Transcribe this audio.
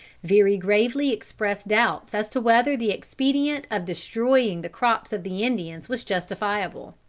very gravely express doubts as to whether the expedient of destroying the crops of the indians was justifiable.